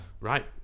right